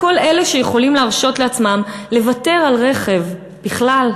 כל אלה שיכולים להרשות לעצמם לוותר על רכב בכלל,